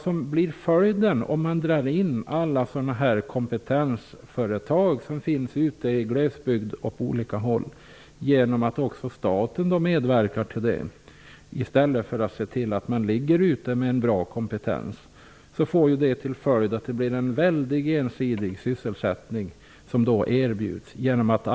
Om staten medverkar till att alla kompetensföretag som finns på olika håll ute i glesbygden dras in i stället för att se till att kompetensen är bra får det till följd att den sysselsättning som erbjuds blir väldigt ensidig.